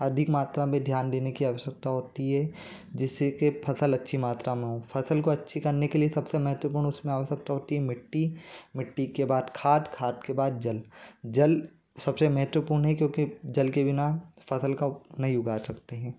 अधिक मात्रा में ध्यान देने की आवश्यकता होती है जिससे की फसल अच्छी मात्रा में हो फसल को अच्छी करने के लिए सबसे महत्वपूर्ण उसमें आवश्यकता होती है मिट्टी मिट्टी के बाद खाद खाद के बाद जल जल सबसे महत्वपूर्ण है क्योकि जल के बिना फसल का नहीं उगा सकते हैं